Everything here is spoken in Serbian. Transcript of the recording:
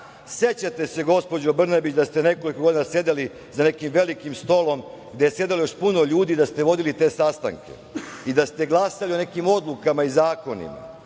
Vlada.Sećate se, gospođo Brnabić, da ste nekoliko godina sedeli za nekim velikim stolom gde je sedelo još puno ljudi, da ste vodili te sastanke i da ste glasali o nekim odlukama i zakonima.